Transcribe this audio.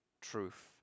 truth